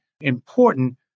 important